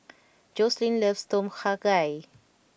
Joslyn loves Tom Kha Gai